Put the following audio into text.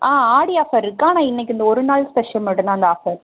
ஆ Aadi offer இருக்குது ஆனால் இன்றைக்கு இந்த ஒரு நாள் ஸ்பெஷல் மட்டும் தான் அந்த ஆஃபர்